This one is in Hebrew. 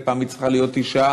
ופעם זו צריכה להיות אישה,